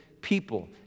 people